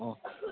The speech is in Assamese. অ'